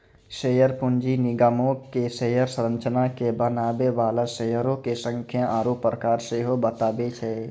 share पूंजी निगमो के शेयर संरचना के बनाबै बाला शेयरो के संख्या आरु प्रकार सेहो बताबै छै